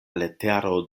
letero